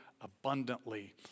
abundantly